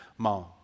mom